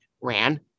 ran